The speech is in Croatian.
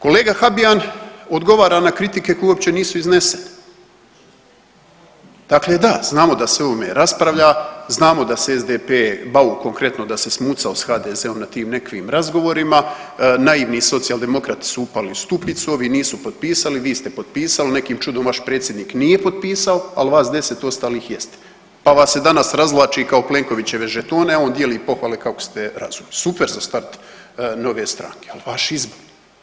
Kolega Habijan odgovara na kritike koje uopće nisu iznesene, dakle da, znamo da se o ovome raspravlja, znamo da se SDP, Bauk konkretno da se smucao s HDZ-om na tim nekakvim razgovorima, naivni Socijaldemokrati su upali u stupnicu, ovi nisu potpisali, vi ste potpisali, nekim čudom vaš predsjednik nije potpisao, al vas 10 ostalih jeste, pa vas se danas razvlači kao Plenkovićeve žetone, a on dijeli pohvale kako ste razumni, super za start nove stranke, al vaš izbor.